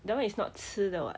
that one is not 吃的 [what]